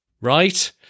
Right